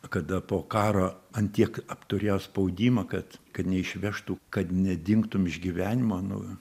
kada po karo ant tiek apturėjo spaudimą kad kad neišvežtų kad nedingtum iš gyvenimo nu